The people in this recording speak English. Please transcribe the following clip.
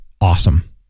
awesome